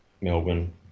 Melbourne